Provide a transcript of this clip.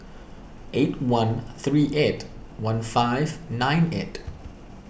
eight one three eight one five nine eight